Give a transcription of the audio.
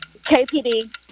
KPD